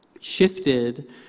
shifted